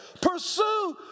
Pursue